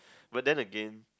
but then again